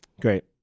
Great